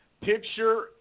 picture